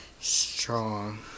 strong